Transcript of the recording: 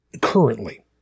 currently